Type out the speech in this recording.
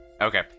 Okay